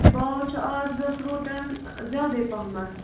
بھاو چھُ اَز فرٛوٗٹَن زیادَے پہم